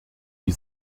die